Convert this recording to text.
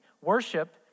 worship